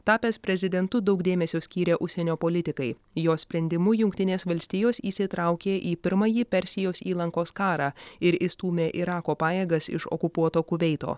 tapęs prezidentu daug dėmesio skyrė užsienio politikai jo sprendimu jungtinės valstijos įsitraukė į pirmąjį persijos įlankos karą ir išstūmė irako pajėgas iš okupuoto kuveito